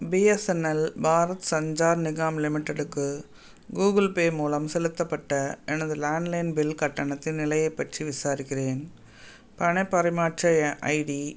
BSNL Bharat Sanchar Nigam லிமிடெடுக்கு Google Pay மூலம் செலுத்தப்பட்ட எனது லேண்ட் லைன் பில் கட்டணத்தின் நிலையைப் பற்றி விசாரிக்கிறேன் பணப் பரிமாற்ற எ ஐடி